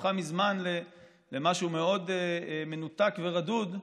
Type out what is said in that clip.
שהפכה מזמן למשהו מאוד מנותק ורדוד,